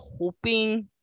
hoping